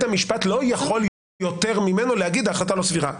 המשפט לא יכול יותר ממנו להגיד שההחלטה לא סבירה.